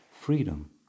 freedom